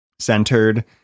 centered